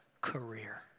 career